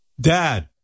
dad